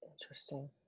Interesting